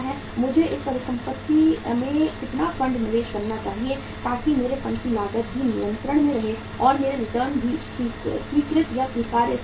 मुझे इस परिसंपत्ति में कितना फंड निवेश करना चाहिए ताकि मेरे फंड की लागत भी नियंत्रण में रहे और मेरे रिटर्न भी स्वीकृत या स्वीकार्य स्तर पर हों